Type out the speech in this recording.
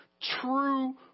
true